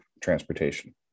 transportation